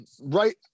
right